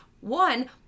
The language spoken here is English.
one